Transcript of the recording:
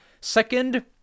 Second